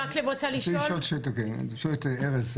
רציתי לשאול את ארז,